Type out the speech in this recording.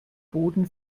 boden